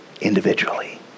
individually